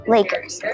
Lakers